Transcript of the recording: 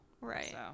Right